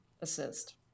assist